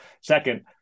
Second